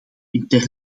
interne